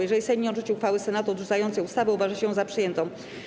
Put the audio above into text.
Jeżeli Sejm nie odrzuci uchwały Senatu odrzucającej ustawę, uważa się ją za przyjętą.